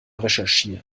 recherchieren